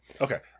Okay